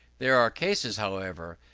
there are cases, however,